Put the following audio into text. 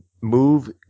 move